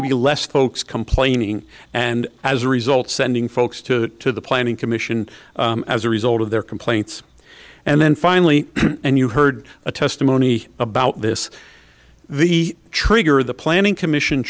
be less folks complaining and as a result sending folks to the planning commission as a result of their complaints and then finally and you heard a testimony about this the trigger the planning commission